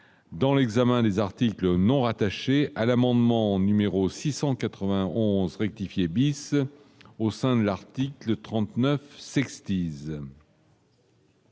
dans l'examen des articles non rattachés à l'amendement numéro 691 rectifier bis au sein de l'article 39 sixties.